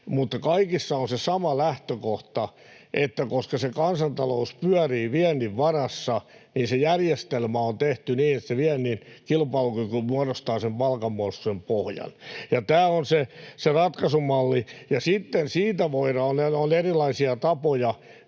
tutustumassa — on se sama lähtökohta, että koska kansantalous pyörii viennin varassa, niin se järjestelmä on tehty niin, että viennin kilpailukyky muodostaa sen palkanmuodostuksen pohjan. Tämä on se ratkaisumalli, ja sitten voi olla erilaisia tapoja,